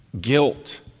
guilt